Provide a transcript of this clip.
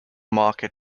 market